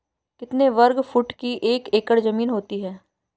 कितने वर्ग फुट की एक एकड़ ज़मीन होती है?